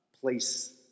place